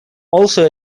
also